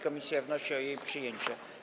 Komisja wnosi o jej przyjęcie.